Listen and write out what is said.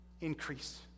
increase